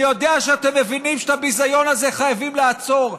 אני יודע שאתם מבינים שאת הביזיון הזה חייבים לעצור.